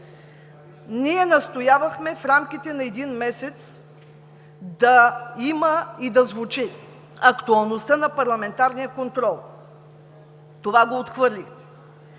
Ние настоявахме в рамките на един месец да звучи актуалността на парламентарния контрол. Това го отхвърлихте.